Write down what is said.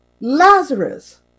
Lazarus